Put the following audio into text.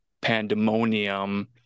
pandemonium